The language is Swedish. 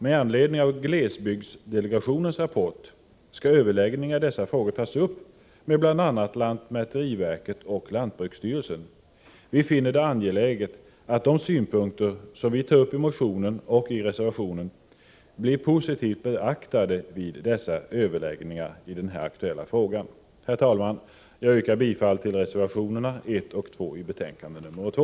Med anledning av glesbygdsdelegationens rapport skall överläggningar i dessa frågor tas upp med bl.a. lantmäteriverket och lantbruksstyrelsen. Vi finner det angeläget att de synpunkter som vi tar upp i motionen och reservationen blir positivt beaktade vid dessa överläggningar. Herr talman! Jag yrkar bifall till reservationerna 1 och 2 i betänkande nr 2.